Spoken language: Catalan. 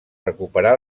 recuperar